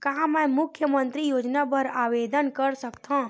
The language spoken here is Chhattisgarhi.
का मैं मुख्यमंतरी योजना बर आवेदन कर सकथव?